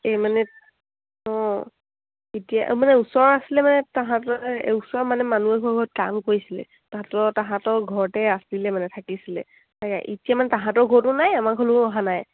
এই মানে অঁ এতিয়া মানে ওচৰৰ আছিলে মানে তাহাঁতৰ ওচৰ মানে মানুহ এঘৰৰ ঘৰত কাম কৰিছিলে তাহাঁতৰ তাহাঁতৰ ঘৰতে আছিলে মানে থাকিছিলে তাকে এতিয়া মানে তাহাঁতৰ ঘৰতো নাই আমাৰ ঘৰলৈয়ো অহা নাই